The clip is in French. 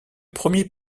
premier